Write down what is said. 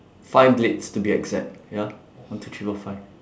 five blades to be exact ya one two three four five